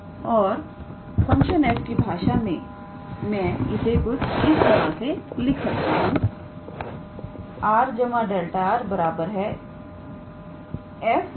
और function f की भाषा में मैं इसे कुछ इस तरह से लिख सकता हूं 𝑟⃗ 𝛿𝑟⃗ 𝑓⃗ 𝑡 𝛿𝑡